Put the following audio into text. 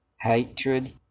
hatred